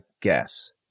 guess